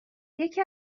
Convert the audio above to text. یکی